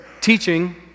teaching